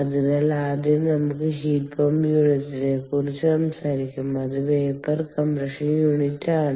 അതിനാൽ ആദ്യം നമുക്ക് ഹീറ്റ് പമ്പ് യൂണിറ്റിനെക്കുറിച്ച് സംസാരിക്കാം അത് വേപ്പർ കംപ്രഷൻ യൂണിറ്റാണ്